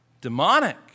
demonic